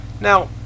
Now